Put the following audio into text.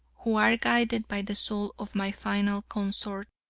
who are guided by the soul of my final consort,